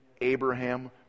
abraham